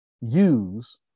use